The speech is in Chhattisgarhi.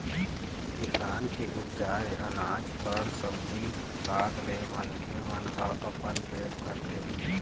किसान के उपजाए अनाज, फर, सब्जी साग ले मनखे मन ह अपन पेट भरथे